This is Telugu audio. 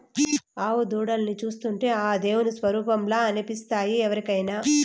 ఆవు దూడల్ని చూస్తుంటే ఆ దేవుని స్వరుపంలా అనిపిస్తాయి ఎవరికైనా